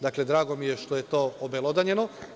Dakle, drago mi je što je to obelodanjeno.